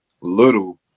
little